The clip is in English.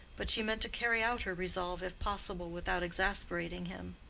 but she meant to carry out her resolve, if possible, without exasperating him.